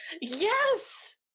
Yes